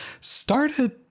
started